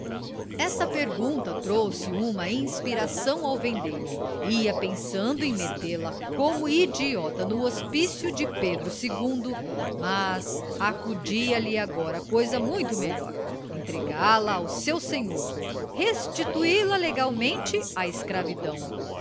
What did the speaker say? esta pergunta trouxe uma inspiração ao vendeiro ia pensando em metê-la como idiota no hospício de pedro mas acudia lhe agora coisa muito melhor entregá la ao seu senhor restituí la legalmente à escravidão